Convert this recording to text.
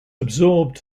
absorbed